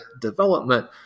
development